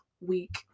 week